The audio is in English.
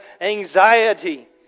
anxiety